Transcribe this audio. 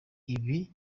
ibi